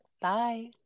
Bye